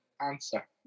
answer